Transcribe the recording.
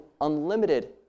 unlimited